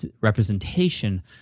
representation